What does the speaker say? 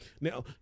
Now